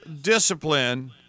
discipline